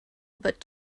but